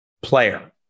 player